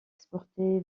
exportée